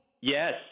Yes